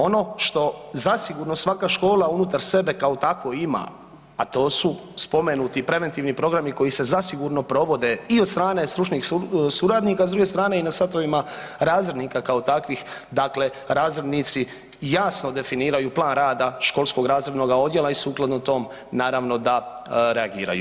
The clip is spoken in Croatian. Ono što zasigurno svaka škola unutar sebe kao tako ima, a to su spomenuti preventivni programi koji se zasigurno provode i od strane stručnih suradnika s druge strane i na satovima razrednika kao takvih, dakle razrednici jasno definiraju plan rada školskog razrednoga odjela i sukladno tom naravno da reagiraju.